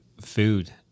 food